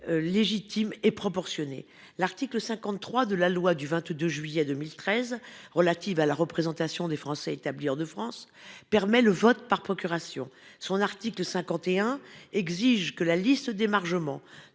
légitime et proportionnée. L'article 53 de la loi du 22 juillet 2013 relative à la représentation des Français établis hors de France permet le vote par procuration. Son article 51 exige que la liste d'émargement